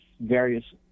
various